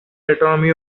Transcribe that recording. autonomy